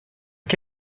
chi